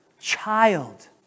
child